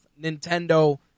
Nintendo